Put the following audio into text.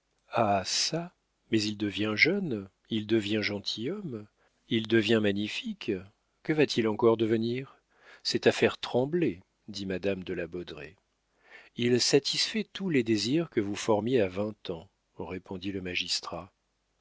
ah çà mais il devient jeune il devient gentilhomme il devient magnifique que va-t-il encore devenir c'est à faire trembler dit madame de la baudraye il satisfait tous les désirs que vous formiez à vingt ans répondit le magistrat